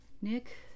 Nick